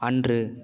அன்று